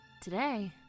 Today